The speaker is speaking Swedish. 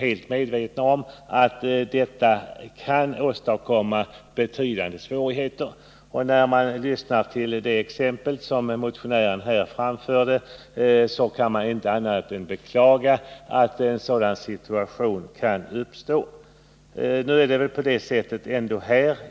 Efter att ha lyssnat till det exempel som motionären här anförde kan man inte annat än beklaga att en sådan situation kan uppstå.